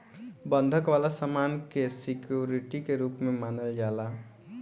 बंधक वाला सामान के सिक्योरिटी के रूप में मानल जाला